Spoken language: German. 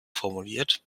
formuliert